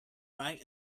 buying